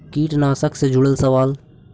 कीटनाशक से जुड़ल सवाल?